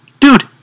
dude